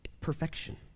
Perfection